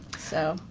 so.